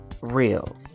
real